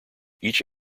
each